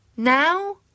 Now